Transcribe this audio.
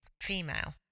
Female